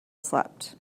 slept